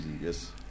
yes